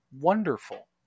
wonderful